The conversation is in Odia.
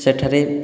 ସେଠାରେ